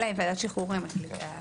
אלא אם ועדת השחרורים החליטה.